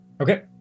Okay